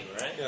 right